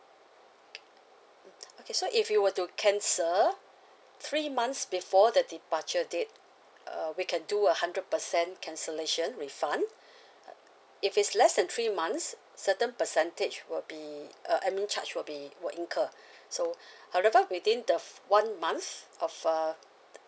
mm okay so if you were to cancel three months before the departure date err we can do a hundred percent cancellation refund uh if it's less than three months certain percentage will be uh admin charge will be will incur so however within the one month of uh